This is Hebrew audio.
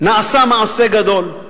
נעשה מעשה גדול.